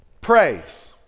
Praise